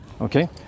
Okay